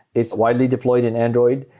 it's widely deployed in android.